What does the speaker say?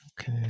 Okay